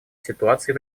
ситуаций